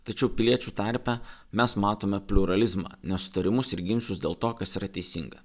tačiau piliečių tarpe mes matome pliuralizmą nesutarimus ir ginčus dėl to kas yra teisinga